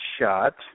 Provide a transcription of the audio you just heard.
shot